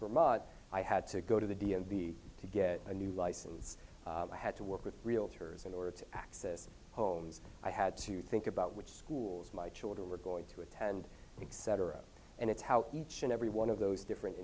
mud i had to go to the d m v to get a new license i had to work with realtors in order to access homes i had to think about which schools my children were going to attend and cetera and it's how each and every one of those different